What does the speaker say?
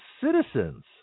citizens